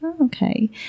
Okay